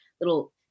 little